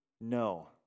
no